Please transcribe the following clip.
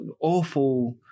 awful